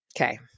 Okay